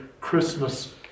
Christmas